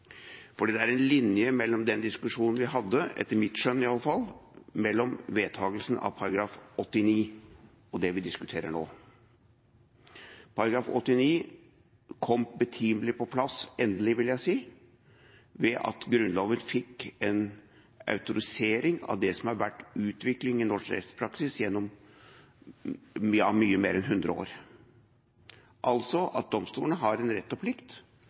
Det er en linje mellom den diskusjonen vi hadde, etter mitt skjønn iallfall, i forbindelse med vedtakelsen av § 89, og det vi diskuterer nå. § 89 kom betimelig på plass, endelig vil jeg si, ved at Grunnloven fikk en autorisering av det som har vært utviklinga i norsk rettspraksis gjennom mye mer enn 100 år – altså at domstolene har en rett og plikt